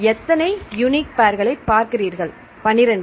எத்தனை யுனிக் பேர்களை பார்க்கிறீர்கள் 12